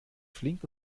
flink